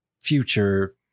future